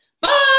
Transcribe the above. Bye